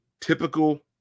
typical